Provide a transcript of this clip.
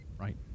Right